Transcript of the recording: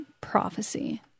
prophecy